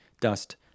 Dust